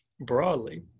broadly